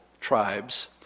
tribes